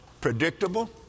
predictable